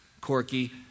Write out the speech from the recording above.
Corky